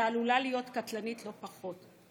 שעלולה להיות קטלנית לא פחות.